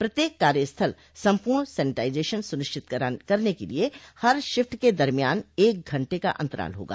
प्रत्येक कार्य स्थल संपूर्ण सैनिटाइजेशन सुनिश्चित करने के लिए हर शिफ्ट के दरमियान एक घंटे का अंतराल होगा